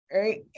right